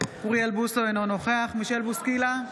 אוריאל בוסו, אינו נוכח מישל בוסקילה,